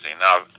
Now